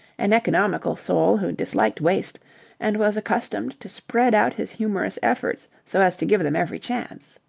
an economical soul who disliked waste and was accustomed to spread out his humorous efforts so as to give them every chance.